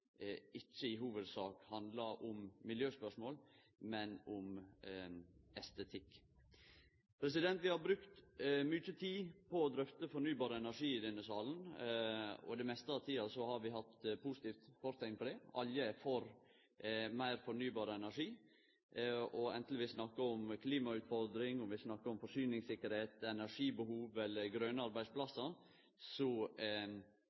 ikkje i hovudsak handlar om miljøspørsmål, men om estetikk. Vi har brukt mykje tid på å drøfte fornybar energi i denne salen. Det meste av tida har vi hatt positivt forteikn på det – alle får meir fornybar energi. Anten vi snakkar om klimautfordringa, forsyningssikkerheit, energibehov eller grøne arbeidsplassar, er den fornybare energien viktig. Skal denne energien ha ein positiv klimaeffekt, brukast i hushaldningar eller